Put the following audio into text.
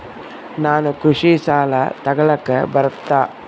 ನಾನು ಕೃಷಿ ಸಾಲ ತಗಳಕ ಬರುತ್ತಾ?